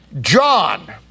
John